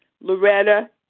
Loretta